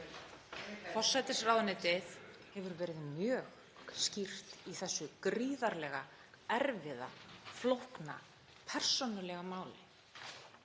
Forsætisráðuneytið hefur verið mjög skýrt í þessu gríðarlega erfiða, flókna, persónulega máli.